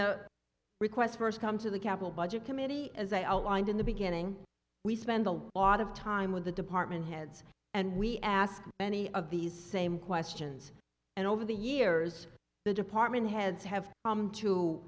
the requests first come to the capital budget committee as i outlined in the beginning we spend a lot of time with the department heads and we ask any of these same questions and over the years the department heads have come to